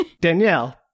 Danielle